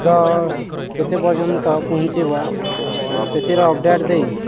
ତ କେତେ ପର୍ଯ୍ୟନ୍ତ ପହଞ୍ଚିବ ସେଥିର ଅପଡ଼େଟ୍ ଦେଇ